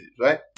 right